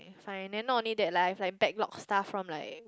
and like not only that lah if like back lock stuff one like